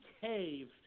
cave